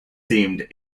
seemed